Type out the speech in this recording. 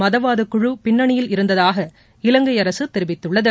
மதவாதக்குழு பின்னனியில் இருந்ததாக இலங்கை அரசு தெரிவித்துள்ளது